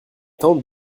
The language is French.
temps